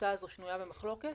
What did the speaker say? העמותה הזאת שנויה במחלוקת,